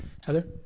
Heather